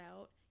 out